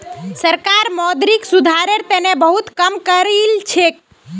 सरकार मौद्रिक सुधारेर तने बहुत काम करिलछेक